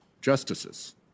justices